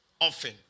often